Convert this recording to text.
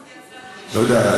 אני לא יודע,